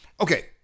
okay